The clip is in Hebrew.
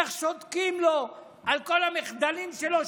איך שותקים לו על כל המחדלים שלו,